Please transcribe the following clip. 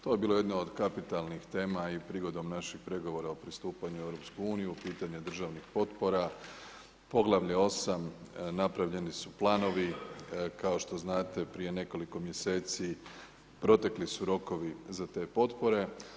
To je bila jedna od kapitalnih tema i prigodom naših pregovora o pristupanju u EU, pitanje državnih potpora, poglavlje 8., napravljeni su planovi, kao što znate, prije nekoliko mjeseci protekli su rokove za te potpore.